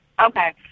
Okay